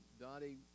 Dottie